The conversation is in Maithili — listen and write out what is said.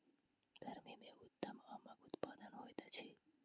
गर्मी मे उत्तम आमक उत्पादन होइत अछि